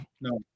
No